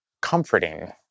comforting